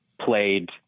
played